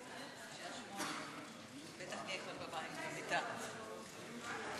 להצבעה.